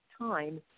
time